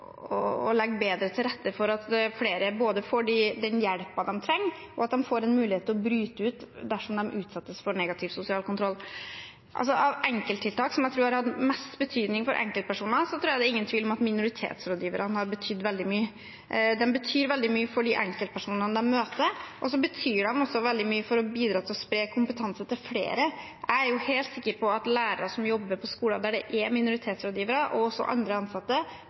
legge bedre til rette for at flere både får den hjelpen de trenger, og at de får mulighet til å bryte ut dersom de utsettes for negativ sosial kontroll. Av enkelttiltak som jeg tror har hatt mest betydning for enkeltpersoner, er det ingen tvil om at minoritetsrådgiverne har betydd veldig mye. De betyr veldig mye for de enkeltpersonene de møter, men de betyr også veldig mye ved at de bidrar til å spre kompetanse til flere. Jeg er helt sikker på at lærere og andre ansatte som jobber på skoler hvor det er minoritetsrådgivere, får en høyere kompetanse og